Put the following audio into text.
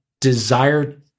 desire